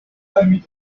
akanya